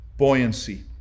buoyancy